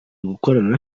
gukorana